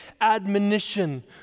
admonition